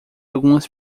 algumas